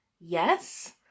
Yes